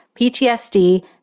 PTSD